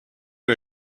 for